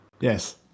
Yes